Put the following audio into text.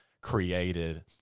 created